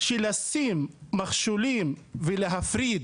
של לשים מכשולים ולהפריד